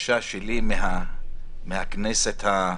בבקשה שלי מהכנסת ה-20.